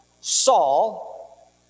Saul